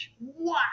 wow